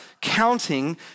counting